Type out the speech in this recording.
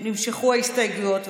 נמשכו ההסתייגויות.